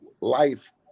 life